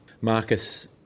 Marcus